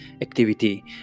activity